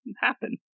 happen